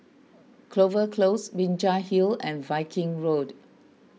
Clover Close Binjai Hill and Viking Road